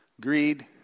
greed